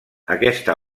aquesta